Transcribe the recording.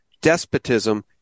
despotism